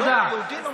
תודה.